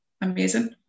amazing